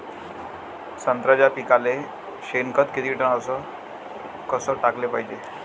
संत्र्याच्या पिकाले शेनखत किती टन अस कस टाकाले पायजे?